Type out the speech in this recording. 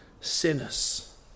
sinners